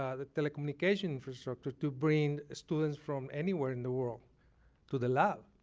um the telecommunications infrastructure, to bring students from anywhere in the world to the lab.